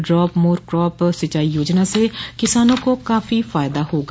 drop more crop सिंचाई योजना से किसानों को काफी फायदा होगा